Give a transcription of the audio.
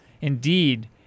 Indeed